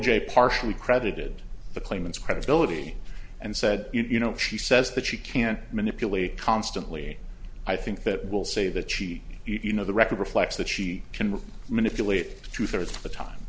jay partially credited the claimant's credibility and said you know she says that she can't manipulate constantly i think that will say that she if you know the record reflects that she can manipulate two thirds of the time